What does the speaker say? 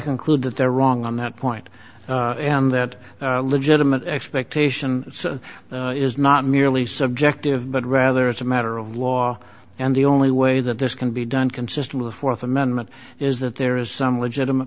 conclude that they're wrong on that point and that legitimate expectation is not merely subjective but rather it's a matter of law and the only way that this can be done consist of the fourth amendment is that there is some legitimate